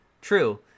True